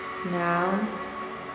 now